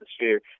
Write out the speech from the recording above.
atmosphere